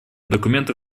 документ